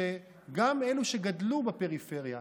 גם אלו שגדלו בפריפריה,